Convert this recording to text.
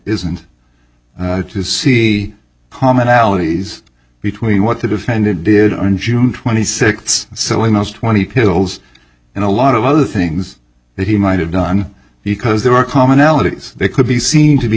isn't to see commonalities between what the defendant did on june twenty sixth so in those twenty pills and a lot of other things that he might have done because there are commonalities they could be seen to be